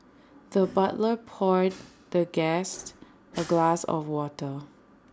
the butler poured the guest A glass of water